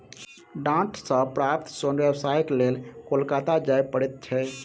डांट सॅ प्राप्त सोन व्यवसायक लेल कोलकाता जाय पड़ैत छै